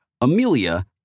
Amelia